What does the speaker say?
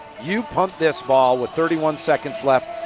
you punt this ball with thirty one seconds left.